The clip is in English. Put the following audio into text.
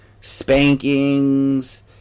spankings